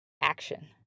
action